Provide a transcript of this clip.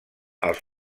als